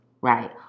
right